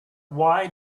why